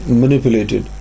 manipulated